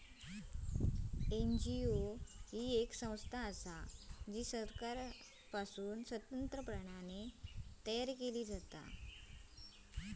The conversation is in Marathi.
एन.जी.ओ ही येक संस्था असा जी सरकारपासना स्वतंत्रपणान तयार केली जाता